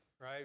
right